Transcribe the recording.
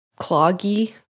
cloggy